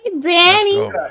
Danny